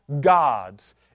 gods